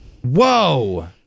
Whoa